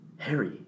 Harry